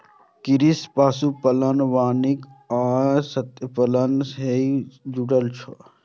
कृषि सं पशुपालन, वानिकी आ मत्स्यपालन सेहो जुड़ल छै